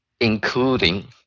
including